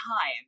time